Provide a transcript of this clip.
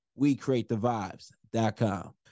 WeCreateTheVibes.com